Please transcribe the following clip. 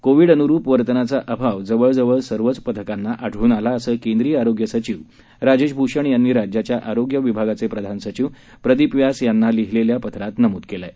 Covid अनुरुप वर्तनाचा अभाव जवळजवळ सर्वच पथकांना आढळून आला असं केंद्रीय आरोग्य सचिव राजेश भूषण यांनी राज्याच्या आरोग्य विभागाचे प्रधान सचिव प्रदिप व्यास यांना लिहलेल्या पत्रात नमूद केलं आहे